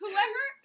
Whoever